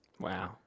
Wow